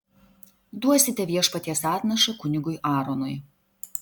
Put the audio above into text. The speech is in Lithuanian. duosite viešpaties atnašą kunigui aaronui